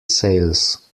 sails